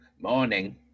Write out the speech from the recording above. Morning